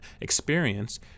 experience